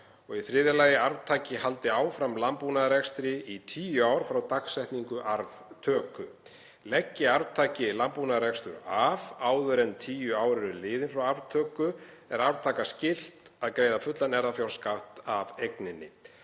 nr. 8/1962. 3. Arftaki haldi áfram landbúnaðarrekstri í 10 ár frá dagsetningu arftöku. Leggi arftaki landbúnaðarrekstur af áður en 10 ár eru liðin frá arftöku er arftaka skylt að greiða fullan erfðafjárskatt af eigninni.